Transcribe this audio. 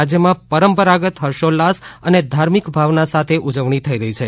રાજ્યમાં પરંપરાગત ફર્ષોલ્લાસ અને ધાર્મિક ભાવના સાથે ઊજવણી થઈ રહી છે